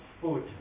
food